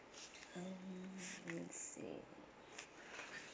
um let me see